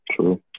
True